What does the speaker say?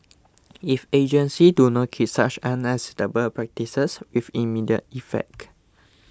if agencies do not cease such unacceptable practices with immediate effect